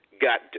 got